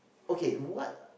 okay what